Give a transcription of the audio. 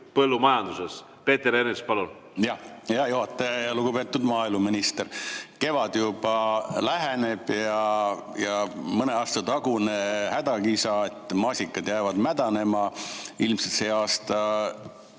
Peeter Ernits, palun!